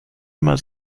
immer